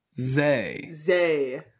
Zay